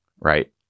right